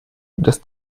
dass